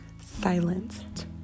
silenced